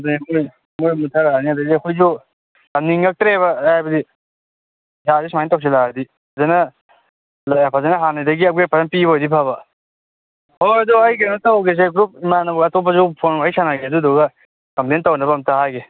ꯑꯗꯨꯅꯦ ꯂꯣꯏ ꯃꯨꯠꯊꯔꯛꯑꯅꯤ ꯑꯗꯩꯗꯤ ꯑꯩꯈꯣꯏꯁꯨ ꯇꯝꯅꯤꯡꯉꯛꯇ꯭ꯔꯦꯕ ꯍꯥꯏꯕꯗꯤ ꯄꯩꯁꯥꯁꯤ ꯁꯨꯃꯥꯏꯅ ꯇꯧꯁꯤꯜꯂꯛꯑꯗꯤ ꯐꯖꯅ ꯐꯖꯅ ꯍꯥꯟꯅꯗꯒꯤ ꯑꯞꯒ꯭ꯔꯦꯠ ꯐꯖꯅ ꯄꯤꯕ ꯑꯣꯏꯗꯤ ꯐꯕ ꯍꯣꯏ ꯑꯗꯨ ꯑꯩ ꯀꯩꯅꯣ ꯇꯧꯒꯦꯁꯦ ꯒ꯭ꯔꯨꯞ ꯏꯃꯥꯟꯅꯕ ꯑꯇꯣꯞꯄꯁꯨ ꯐꯣꯟ ꯋꯥꯔꯤ ꯁꯥꯟꯅꯒꯦ ꯑꯗꯨꯗꯨꯒ ꯀꯝꯄ꯭ꯂꯦꯟ ꯇꯧꯅꯕ ꯑꯝꯇ ꯍꯥꯏꯒꯦ